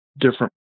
different